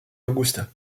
augusta